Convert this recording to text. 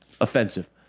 offensive